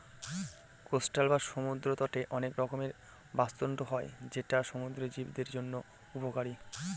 coastal বা সমুদ্র তটে অনেক রকমের বাস্তুতন্ত্র হয় যেটা সমুদ্র জীবদের জন্য উপকারী